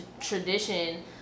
tradition